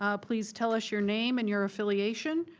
ah please tell us your name and your affiliation.